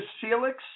Felix